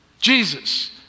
Jesus